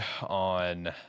on